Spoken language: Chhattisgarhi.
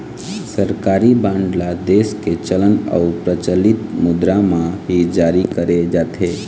सरकारी बांड ल देश के चलन अउ परचलित मुद्रा म ही जारी करे जाथे